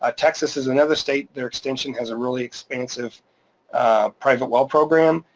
ah texas is another state. their extension has a really expansive private well program,